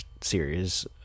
series